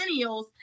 millennials